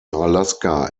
alaska